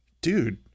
dude